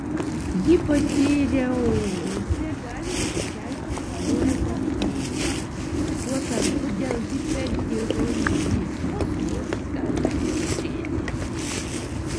hipotireozė gali sukelti svorio padidėjimą tuo tarpu dėl hipertiroidizmo svoris gali sumažėti